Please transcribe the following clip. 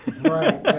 right